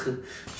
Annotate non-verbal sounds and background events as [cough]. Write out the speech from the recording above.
[laughs]